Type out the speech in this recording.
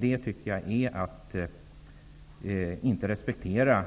Det är att inte respektera